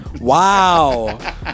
Wow